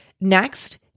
Next